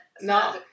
No